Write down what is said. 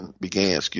began